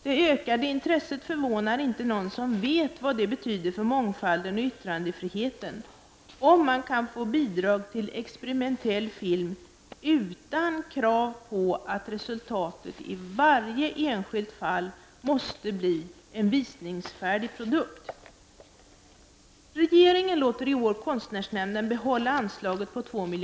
Det ökade intresset förvånar inte någon som vet vad det betyder för mångfalden och yttrandefriheten att man kan få bidrag till experimentell film utan krav på att resultatet i varje enskilt fall måste bli en visningsfärdig produkt.